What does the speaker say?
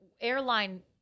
airline